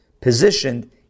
positioned